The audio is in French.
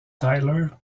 tyler